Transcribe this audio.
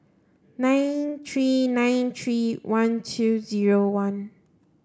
nine three nine three one two zero one